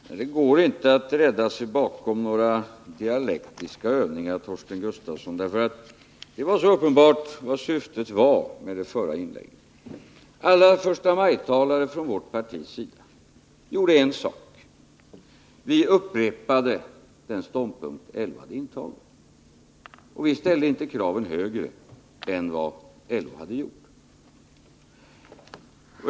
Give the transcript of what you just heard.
Herr talman! Det går inte att rädda sig bakom några dialektiska övningar, Torsten Gustafsson, och bortförklara syftet med det första inlägget. Alla förstamajtalare från vårt partis sida gjorde en sak, nämligen upprepade den ståndpunkt som LO hade intagit. Vi ställde inte kraven högre än vad LO hade gjort.